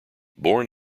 born